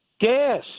gas